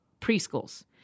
preschools